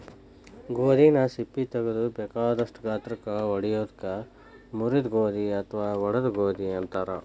ಗೋಧಿನ ಸಿಪ್ಪಿ ತಗದು ಬೇಕಾದಷ್ಟ ಗಾತ್ರಕ್ಕ ಒಡಿಯೋದಕ್ಕ ಮುರಿದ ಗೋಧಿ ಅತ್ವಾ ಒಡದ ಗೋಧಿ ಅಂತಾರ